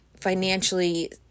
financially